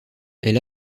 elle